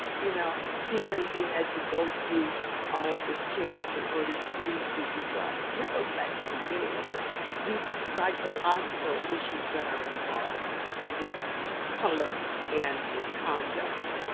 you know feeling he had to go through all of this change in order to be who he was. that goes back to the beginning of the deep psychological issues that are involved with color and with conduct.